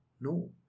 no